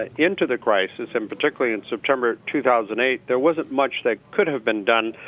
ah into the crisis in particularly in september two thousand eight there wasn't much that could have been done